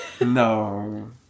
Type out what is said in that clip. No